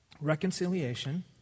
Reconciliation